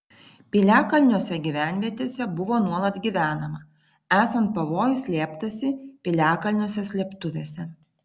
piliakalniuose gyvenvietėse buvo nuolat gyvenama esant pavojui slėptasi piliakalniuose slėptuvėse